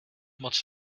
moc